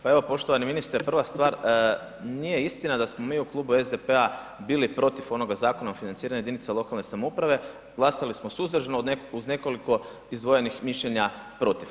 Pa evo poštovani ministre, prva stvar nije istina da smo mi u klubu SDP-a bili protiv onoga Zakona o financiranju jedinice lokalne samouprave, glasali smo suzdržano uz nekoliko izdvojenih mišljenja protiv.